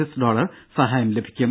S dollar സഹായം ലഭിക്കും